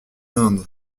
inde